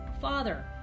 Father